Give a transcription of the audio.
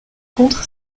contre